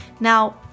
Now